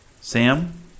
Sam